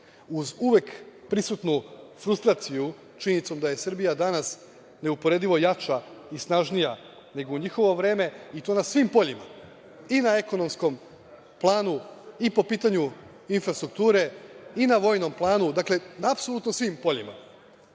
uz uvek prisutnu frustraciju, činjenicom da je Srbija danas neuporedivo jača i snažnija nego u njihovo vreme, i to na svim poljima, i na ekonomskom planu i po pitanju infrastrukture, i na vojnom planu, apsolutno na svim poljima. Da